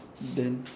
then